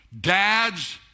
Dads